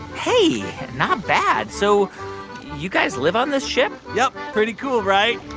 hey, not bad. so you guys live on this ship? yup. pretty cool, right?